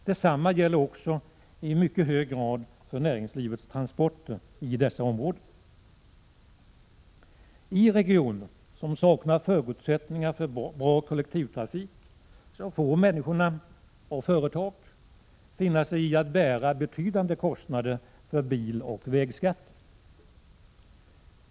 Detsamma gäller också i mycket hög grad näringslivets transporter i dessa områden. I regioner som saknar förutsättningar för en bra kollektivtrafik får människorna och företagen finna sig i att bära betydande kostnader för bil och vägskatter.